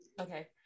Okay